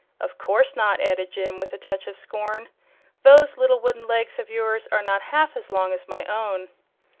of course not, added jim, with a touch of scorn those little wooden legs of yours are not half as long as my own.